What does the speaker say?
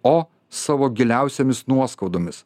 o savo giliausiomis nuoskaudomis